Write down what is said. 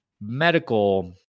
medical